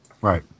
Right